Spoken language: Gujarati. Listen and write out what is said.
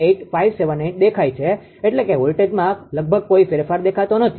98578 દેખાય છે એટલે કે વોલ્ટેજમાં લગભગ કોઈ ફેરફાર દેખાતો નથી